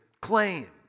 claim